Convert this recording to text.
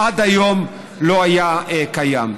עד היום לא היה קיים,